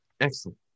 Excellent